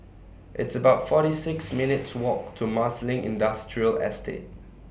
It's about forty six minutes' Walk to Marsiling Industrial Estate